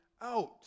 out